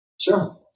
Sure